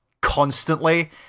constantly